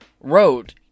wrote